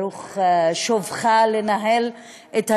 ברוך שובך לנהל את הישיבה.